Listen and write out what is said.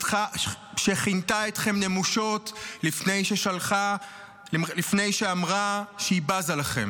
שכינתה אתכם נמושות לפני שאמרה שהיא בזה לכם,